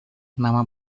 nama